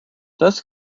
das